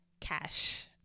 cash